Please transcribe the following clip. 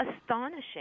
astonishing